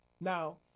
Now